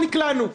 בגללך נקלענו.